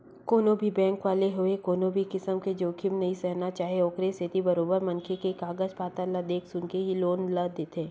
कोनो भी बेंक वाले होवय कोनो किसम के जोखिम नइ सहना चाहय ओखरे सेती बरोबर मनखे के कागज पतर ल देख सुनके ही लोन ल देथे